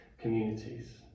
communities